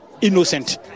innocent